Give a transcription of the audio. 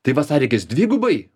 tai vasarį reikės dvigubai